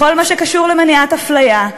בכל מה שקשור למניעת אפליה,